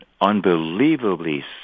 unbelievably